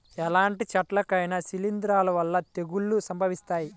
ఎలాంటి చెట్లకైనా శిలీంధ్రాల వల్ల తెగుళ్ళు సంభవిస్తాయి